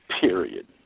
period